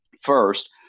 first